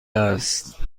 است